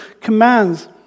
commands